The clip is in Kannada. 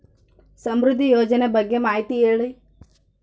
ಸಮೃದ್ಧಿ ಯೋಜನೆ ಬಗ್ಗೆ ಮಾಹಿತಿ ಹೇಳಿ?